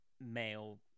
male